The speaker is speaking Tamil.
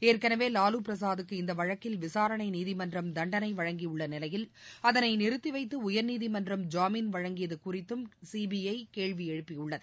ஏற்கனவே வாலுபிரசாத்துக்கு இந்த வழக்கில் விசாரணை நீதிமன்றம் தண்டனை வழங்கியுள்ள நிலையில் அதளை நிறுத்திவைத்து உயர்நீதிமன்றம் ஜாமீன் வழங்கியது குறித்தும் சிபிஐ கேள்வி எழுப்பியுள்ளது